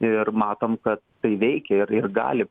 ir matom kad tai veikia ir ir gali